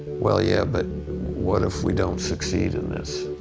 well, yeah, but what if we don't succeed in this.